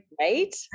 Right